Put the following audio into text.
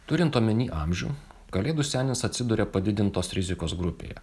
turint omeny amžių kalėdų senis atsiduria padidintos rizikos grupėje